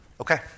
Okay